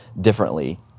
differently